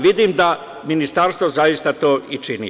Vidim da Ministarstvo zaista to i čini.